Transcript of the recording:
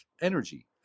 energy